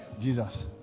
Jesus